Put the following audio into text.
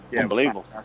unbelievable